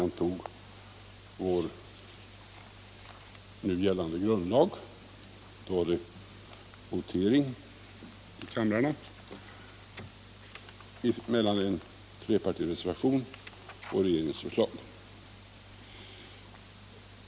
När vår nu gällande grundlag antogs var det votering i båda kamrarna mellan en flerpartireservation och utskottets hemställan, som byggde på regeringens förslag.